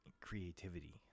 creativity